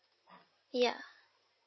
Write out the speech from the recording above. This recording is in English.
ya